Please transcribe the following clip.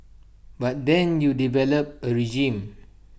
but then you develop A regime